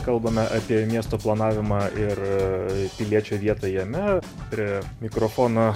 kalbame apie miesto planavimą ir piliečio vietą jame prie mikrofono